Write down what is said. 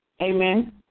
amen